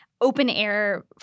open-air